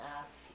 asked